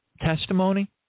testimony